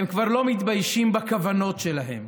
הם כבר לא מתביישים בכוונות שלהם.